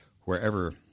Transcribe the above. wherever